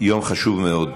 יום חשוב מאוד.